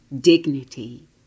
dignity